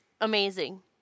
amazing